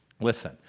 listen